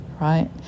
right